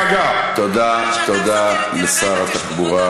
הגאווה העצמית